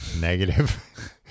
Negative